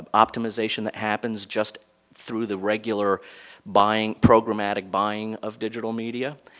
um optimization that happens, just through the regular buying programmatic buying of digital media.